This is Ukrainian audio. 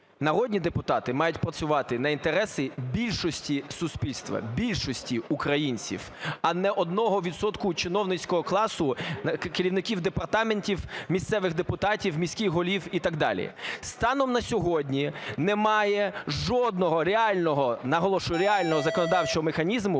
народні депутати мають працювати на інтереси більшості суспільства, більшості українців, а не одного відсотку чиновницького класу, керівників департаментів, місцевих депутатів, міських голів і так далі. Станом на сьогодні немає жодного реального, наголошую, реального законодавчого механізму,